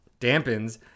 dampens